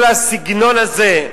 כל הסגנון הזה,